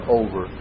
over